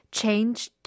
changed